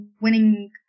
winning